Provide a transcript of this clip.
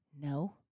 No